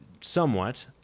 somewhat